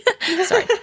Sorry